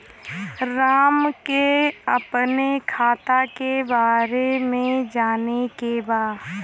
राम के अपने खाता के बारे मे जाने के बा?